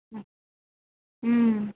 ம் ம்